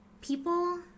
people